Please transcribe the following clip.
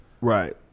right